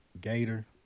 Gator